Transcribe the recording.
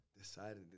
decided